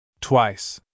twice